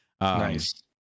Nice